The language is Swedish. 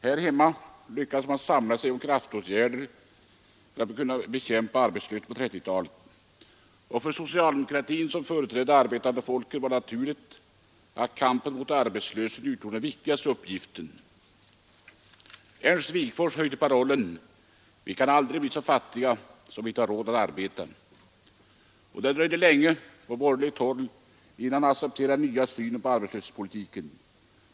Här hemma lyckades man samla sig till kraftåtgärder för att bekämpa arbetslösheten. För socialdemokratin, som företrädde det arbetande folket, var det naturligt att kampen mot arbetslösheten utgjorde den viktigaste uppgiften. Ernst Wigforss höjde parollen: Vi kan aldrig bli så fattiga, att vi inte har råd att arbeta. Det dröjde länge innan man på borgerligt håll accepterade den nya synen på arbetslöshetspolitiken.